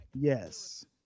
Yes